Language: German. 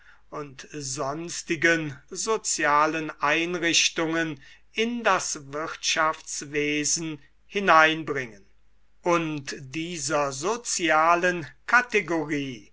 und sonstigen sozialen einrichtungen in das wirtschaftswesen hineinbringen und dieser sozialen kategorie